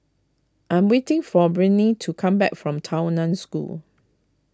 I am waiting for Brittnee to come back from Tao Nan School